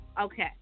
Okay